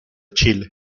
chile